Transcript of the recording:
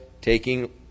taking